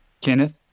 Kenneth